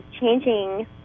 changing